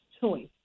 choice